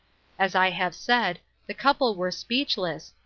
as i have said, the couple were speechless,